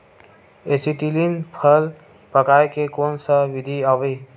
Acetylene फल पकाय के कोन सा विधि आवे?